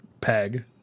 Peg